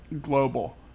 global